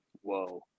Whoa